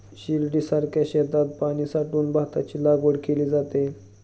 शिर्डीसारख्या शेतात पाणी साठवून भाताची लागवड केली जाते